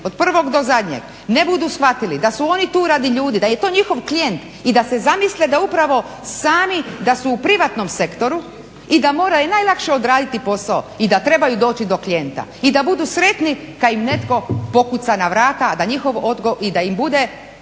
od prvog do zadnjeg, ne budu shvatili da su oni tu radi ljudi, da je to njihov klijent i da se zamisle da upravo sami da su u privatnom sektoru i da moraju najlakše odraditi posao i da trebaju doći do klijenta i da budu sretni kad im netko pokuca na vrata i da im bude